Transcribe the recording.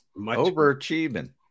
overachieving